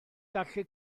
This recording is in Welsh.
gallu